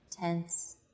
tense